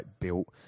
built